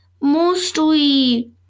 Mostly